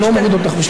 אני לא מוריד אותך.